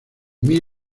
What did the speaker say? mil